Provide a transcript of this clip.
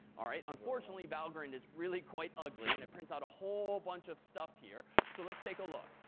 all right? unfortunately, valgrind is really quite ugly, and it prints out a whole bunch of stuff here. so let's take a look.